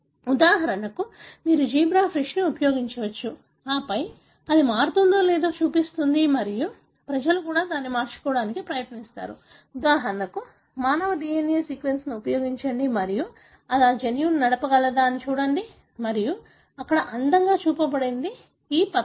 ఉదాహరణకు మీరు జీబ్రా ఫిష్ని ఉపయోగించవచ్చు ఆపై అది మారుతుందో లేదో చూపిస్తుంది మరియు ప్రజలు కూడా దానిని మార్చుకోవడానికి ప్రయత్నించారు ఉదాహరణకు మానవ DNA సీక్వెన్స్ను ఉపయోగించండి మరియు అది ఆ జన్యువును నడపగలదా అని చూడండి మరియు ఇక్కడ అందంగా చూపబడింది ఈ పత్రం